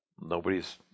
Nobody's